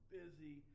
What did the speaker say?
busy